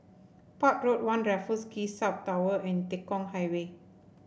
Port Road One Raffles Quay South Tower and Tekong Highway